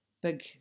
big